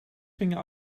gingen